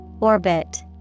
Orbit